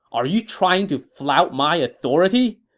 are you trying to flout my authority!